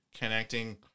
connecting